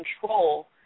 control